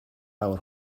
awr